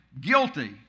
guilty